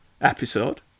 episode